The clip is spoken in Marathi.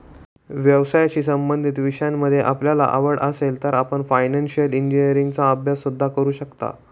व्यवसायाशी संबंधित विषयांमध्ये आपल्याला आवड असेल तर आपण फायनान्शिअल इंजिनीअरिंगचा अभ्यास सुद्धा करू शकता